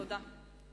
תודה.